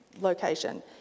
location